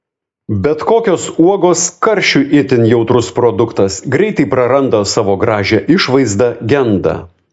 bet kokios uogos karščiui itin jautrus produktas greitai praranda savo gražią išvaizdą genda